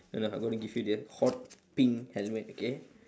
no lah I'm going to give you the hot pink helmet okay